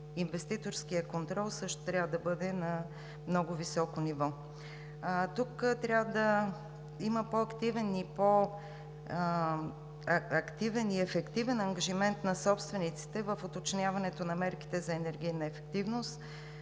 Инвеститорският контрол също трябва да бъде на много високо ниво. Тук трябва да има по-активен и по-ефективен ангажимент на собствениците в уточняването на мерките за енергийна ефективност